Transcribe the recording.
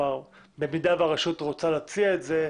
במידה והרשות רוצה להציע את זה,